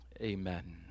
amen